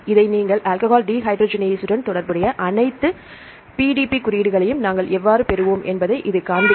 இதை நீங்கள் கொடுத்தால் ஆல்கஹால் டீஹைட்ரஜனேஸுடன் தொடர்புடைய அனைத்து PDB குறியீடுகளையும் நாங்கள் எவ்வாறு பெறுவோம் என்பதை இது காண்பிக்கும்